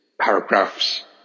paragraphs